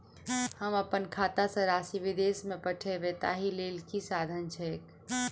हम अप्पन खाता सँ राशि विदेश मे पठवै ताहि लेल की साधन छैक?